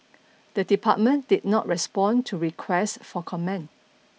the department did not respond to requests for comment